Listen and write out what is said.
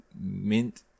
mint